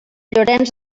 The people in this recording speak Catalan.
llorenç